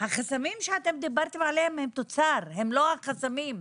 החסמים שאתם דיברתם עליהם הם תוצר, הם לא החסמים.